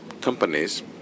companies